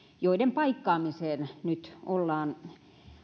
joiden paikkaamiseen nyt ollaan